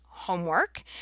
homework